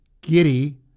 giddy